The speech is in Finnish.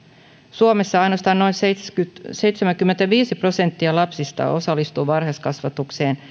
suomessa ainoastaan noin seitsemänkymmentäviisi prosenttia lapsista osallistuu varhaiskasvatukseen